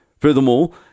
Furthermore